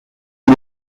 suo